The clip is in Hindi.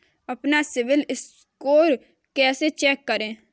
अपना सिबिल स्कोर कैसे चेक करें?